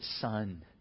Son